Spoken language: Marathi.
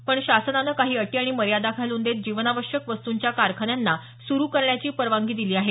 पण शासनाने काही अटी आणि मर्यादा घालून देत जीवनावश्यक वस्तूंच्या कारखान्यांना सुरू करण्याची परवानगी दिली आहे